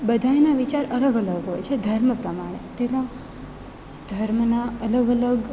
બધાયના વિચારો અલગ અલગ હોય છે ધર્મ પ્રમાણે તેમાં ધર્મના અલગ અલગ